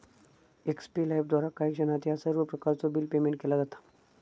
एक्स्पे लाइफद्वारा काही क्षणात ह्या सर्व प्रकारचो बिल पेयमेन्ट केला जाता